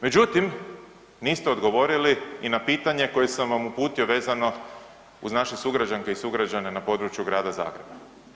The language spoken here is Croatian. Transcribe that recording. Međutim, niste odgovorili i na pitanje koje sam vam uputio vezano uz naše sugrađanke i sugrađane na području Grada Zagreba.